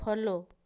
follow